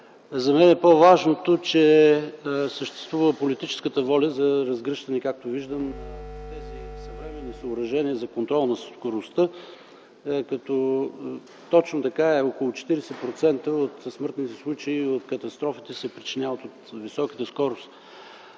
За мен е по-важното, че съществува политическата воля за разгръщане, както виждам, на тези съвременни съоръжения за контрол на скоростта. Точно така е – около 40% от смъртните случаи в катастрофите се причиняват от високата скорост.